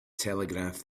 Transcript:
telegraph